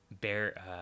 bear